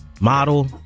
model